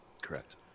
Correct